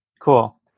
cool